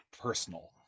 personal